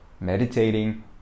meditating